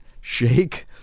shake